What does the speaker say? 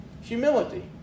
Humility